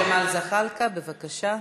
חבר הכנסת ג'מאל זחאלקה, בבקשה.